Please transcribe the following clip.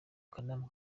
kanama